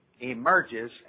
emerges